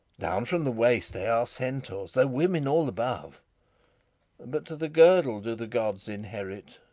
down from the waist they are centaurs, though women all above but to the girdle do the gods inherit,